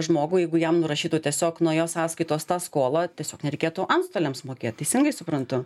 žmogui jeigu jam nurašytų tiesiog nuo jo sąskaitos tą skolą tiesiog nereikėtų antstoliams mokėt teisingai suprantu